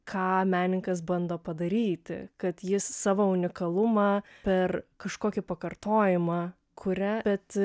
ką menininkas bando padaryti kad jis savo unikalumą per kažkokį pakartojimą kuria bet